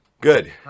Good